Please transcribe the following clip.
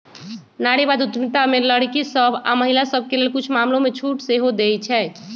नारीवाद उद्यमिता में लइरकि सभ आऽ महिला सभके लेल कुछ मामलामें छूट सेहो देँइ छै